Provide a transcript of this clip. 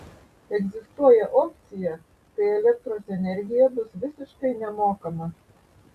egzistuoja opcija kai elektros energija bus visiškai nemokama